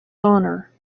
honour